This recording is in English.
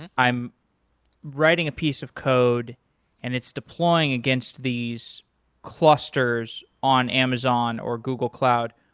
and i'm writing a piece of code and it's deploying against these clusters on amazon or google cloud.